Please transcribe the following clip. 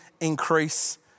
increase